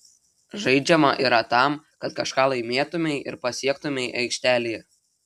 žaidžiama yra tam kad kažką laimėtumei ir pasiektumei aikštelėje